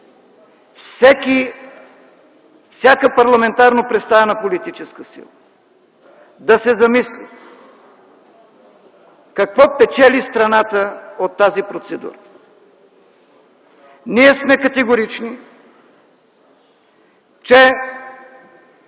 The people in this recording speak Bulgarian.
всяка парламентарно представена политическа сила да се замисли какво печели страната от тази процедура. Ние сме категорични, че